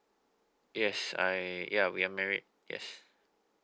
yes I yeah we are married yes